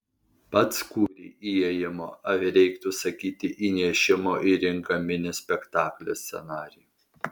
pats kūrei įėjimo ar reiktų sakyti įnešimo į ringą mini spektaklio scenarijų